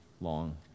long